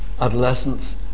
adolescence